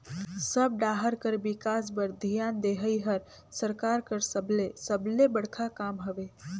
सब डाहर कर बिकास बर धियान देहई हर सरकार कर सबले सबले बड़खा काम हवे